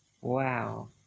Wow